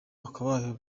bakabaye